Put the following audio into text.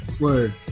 word